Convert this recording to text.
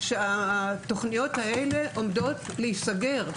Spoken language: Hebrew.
שהתוכניות האלה עומדות להיסגר,